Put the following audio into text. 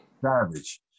Savage